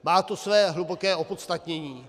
Má to své hluboké opodstatnění.